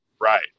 right